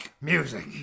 music